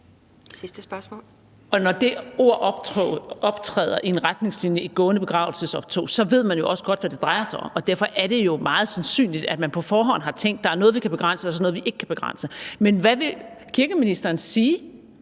ord, et gående begravelsesoptog, optræder i retningslinjer, ved man jo også godt, hvad det drejer sig om. Derfor er det jo meget sandsynligt, at man på forhånd har tænkt: Der er noget, vi kan begrænse, og noget, vi ikke kan begrænse. Men hvad vil kirkeministeren sige